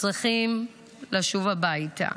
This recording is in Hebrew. עוד צריכים לשוב הביתה.